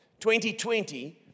2020